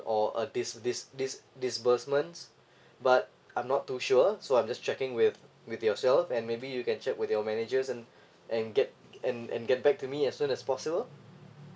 or uh this this this disbursements but I'm not too sure so I'm just checking with with yourself and maybe you can check with your managers and and get and and get back to me as soon as possible